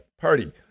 party